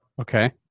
Okay